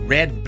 Red